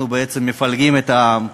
אנחנו בעצם מפלגים את העם,